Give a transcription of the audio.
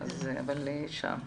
אבל זה לא שייך לוועדה.